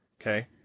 Okay